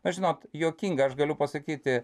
na žinot juokinga aš galiu pasakyti